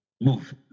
move